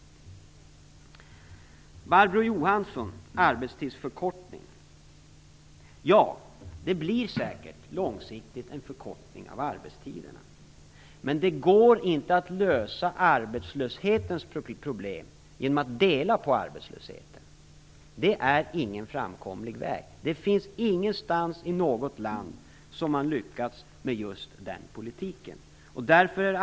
Ja, på lång sikt blir det säkert en förkortning av arbetstiderna, men det går inte att lösa arbetslöshetens problem genom att dela på arbetslösheten. Det är ingen framkomlig väg. Det finns inte något land som har lyckats med just den politiken.